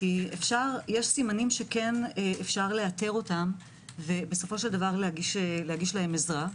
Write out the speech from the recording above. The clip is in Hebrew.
כי יש סימנים שאפשר לאתר אותם ולהגיש להם עזרה.